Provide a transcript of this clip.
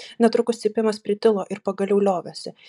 netrukus cypimas pritilo ir pagaliau liovėsi